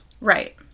Right